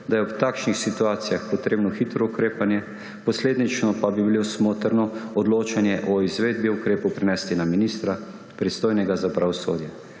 da je ob takšnih situacijah potrebno hitro ukrepanje, posledično pa bi bilo smotrno odločanje o izvedbi ukrepov prenesti na ministra, pristojnega za pravosodje.